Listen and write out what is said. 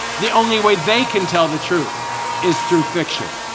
the only way they can tell the truth is through fiction.